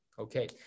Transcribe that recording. Okay